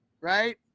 right